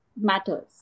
matters